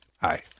hi